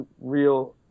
real